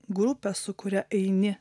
grupę su kuria eini